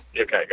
Okay